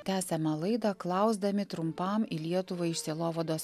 tęsiame laidą klausdami trumpam į lietuvą iš sielovados